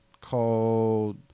called